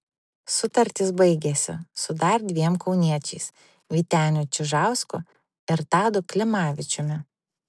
sutartys baigiasi su dar dviem kauniečiais vyteniu čižausku ir tadu klimavičiumi